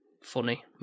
funny